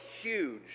huge